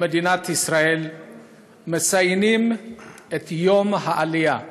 במדינת ישראל מציינים את יום העלייה,